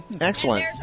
Excellent